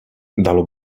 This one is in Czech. dalo